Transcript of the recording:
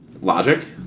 Logic